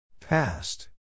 Past